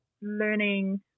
learning